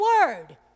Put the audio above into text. word